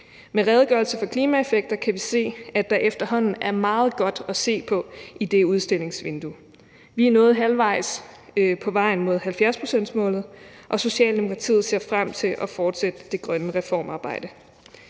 Med redegørelsen for klimaeffekter kan vi se, at der efterhånden er meget godt at se på i det udstillingsvindue. Vi er nået halvvejs på vejen mod målet på 70 pct., og Socialdemokratiet ser frem til at fortsætte det grønne reformarbejde.